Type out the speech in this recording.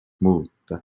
muuta